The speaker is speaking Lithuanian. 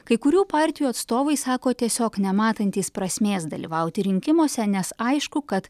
kai kurių partijų atstovai sako tiesiog nematantys prasmės dalyvauti rinkimuose nes aišku kad